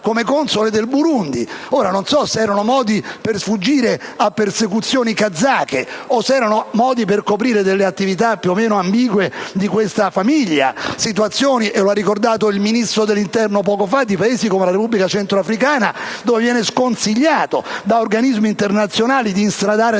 come console del Burundi. Ora, non so se questi erano modi per sfuggire a persecuzioni kazake o per coprire attività più o meno ambigue di questa famiglia. Come ha ricordato il Ministro dell'interno poco fa, in Paesi come la Repubblica centroafricana viene sconsigliato da organismi internazionali di instradare